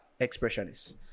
expressionist